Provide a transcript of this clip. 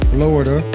Florida